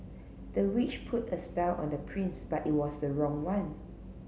the witch put a spell on the prince but it was the wrong one